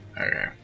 Okay